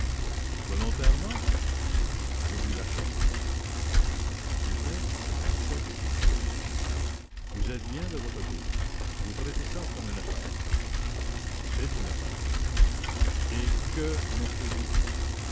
volontairement je vous l'achète lupin éclata de rire vous êtes bien de votre pays vous traitez ça comme une affaire c'est une affaire et que